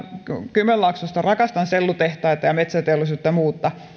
kymenlaaksosta rakastan sellutehtaita ja metsäteollisuutta ja muuta